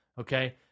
Okay